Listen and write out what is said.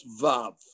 Vav